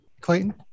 Clayton